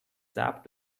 sap